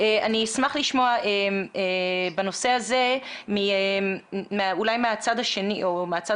אני אשמח לשמוע בנושא הזה מהצד הנוסף,